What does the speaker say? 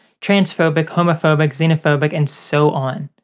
transphobic, homophobic, xenophobic, and so on.